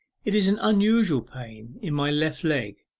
it is an unusual pain in my left leg,